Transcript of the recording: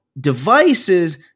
devices